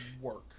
work